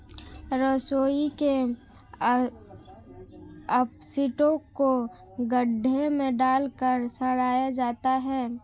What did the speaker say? रसोई के अपशिष्ट को गड्ढे में डालकर सड़ाया जाता है